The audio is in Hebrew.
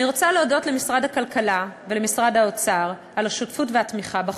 אני רוצה להודות למשרד הכלכלה ולמשרד האוצר על השותפות והתמיכה בחוק.